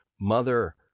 Mother